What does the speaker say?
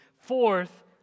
Fourth